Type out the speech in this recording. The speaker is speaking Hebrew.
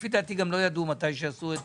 לפי דעתי גם לא ידע מתי עשו את